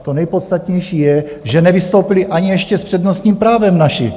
To nejpodstatnější je, že nevystoupili ani ještě s přednostním právem naši.